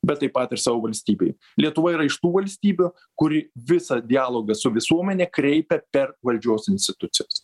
bet taip pat ir savo valstybei lietuva yra iš tų valstybių kuri visą dialogą su visuomene kreipia per valdžios institucijas